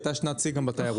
הייתה שנת שיא בתיירות.